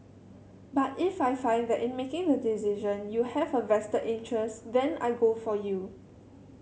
but if I find that in making the decision you have a vested interest then I go for you